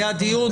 היה דיון,